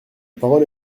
parole